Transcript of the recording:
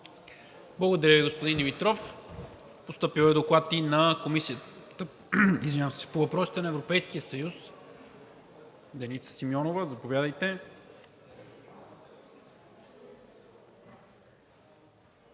Благодаря Ви, господин Димитров. Постъпил е Доклад и на Комисията по въпросите на Европейския съюз. Деница Симеонова – заповядайте.